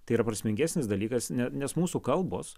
tai yra prasmingesnis dalykas nes mūsų kalbos